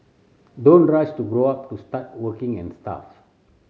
don't rush to grow up to start working and stuff